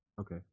Okay